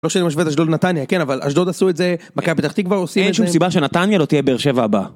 לא שאני משווה את אשדוד לנתניה, כן, אבל אשדוד עשו את זה, מכבי פתח תקווה עושים את זה. אין שום סיבה שנתניה לא תהיה באר שבע הבאה.